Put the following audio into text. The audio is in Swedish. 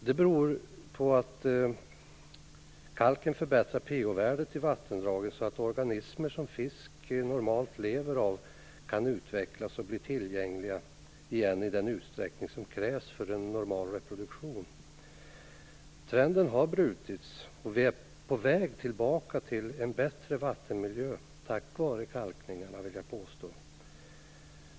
Det beror på att kalken förbättrat pH-värdet i vattendragen så att de organismer som fisk normalt lever av kan utvecklas och återigen bli tillgängliga igen i den utsträckning som krävs för en normal reproduktion. Trenden har brutits. Vi är på väg tillbaka till en bättre vattenmiljö tack vara kalkningen.